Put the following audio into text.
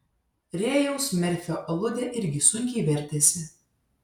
rėjaus merfio aludė irgi sunkiai vertėsi